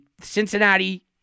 Cincinnati